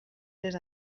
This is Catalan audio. les